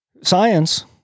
Science